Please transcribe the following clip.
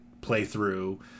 playthrough